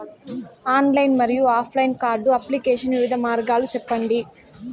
Online మరియు offline card application వివిధ మార్గాలు సెప్పండి?